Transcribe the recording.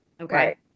okay